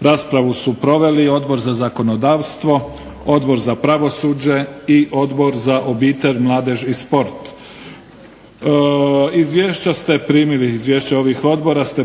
Raspravu su proveli Odbor za zakonodavstvo, Odbor za pravosuđe i Odbor za Obitelj, mladež i sport. Izvješća ste